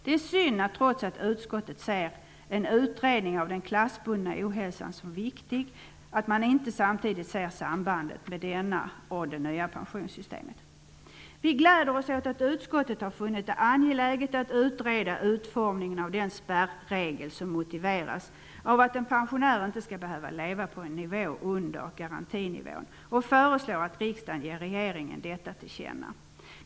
Det är synd att utskottet trots att det ser en utredning av den klassbundna ohälsan som viktig, inte ser sambandet mellan denna och det nya pensionssystemet. Vi gläder oss åt att utskottet har funnit det angeläget att utreda utformningen av den spärregel som motiveras av att en pensionär inte skall behöva leva på en nivå under garantinivån och föreslår att riksdagen ger regeringen detta till känna.